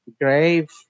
grave